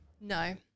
No